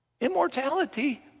immortality